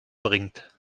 bringt